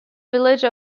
village